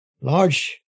large